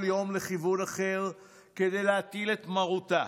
יום לכיוון אחר כדי להטיל את מרותה.